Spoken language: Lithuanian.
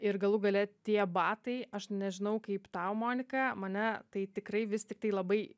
ir galų gale tie batai aš nežinau kaip tau monika mane tai tikrai vis tiktai labai